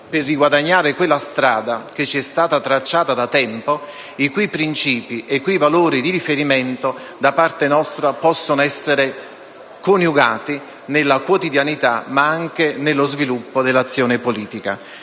per riguadagnare quella strada che ci è stata tracciata da tempo, i cui principi e valori di riferimento da parte nostra possono essere coniugati nella quotidianità, ma anche nello sviluppo dell'azione politica.